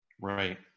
Right